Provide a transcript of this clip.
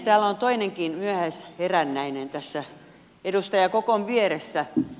täällä on toinenkin myöhäisherännäinen tässä edustaja kokon vieressä